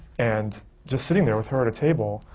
and just sitting there, with her at a table,